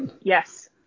Yes